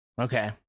okay